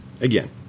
again